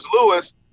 Lewis